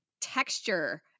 texture